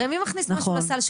הרי מי מכניס משהו לסל,